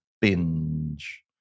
binge